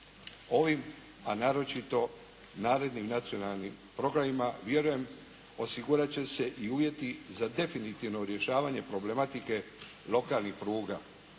Ovim a naročito narednim nacionalnim programima vjerujem osigurat će se i uvjeti za definitivno rješavanje problematike lokalnih pruga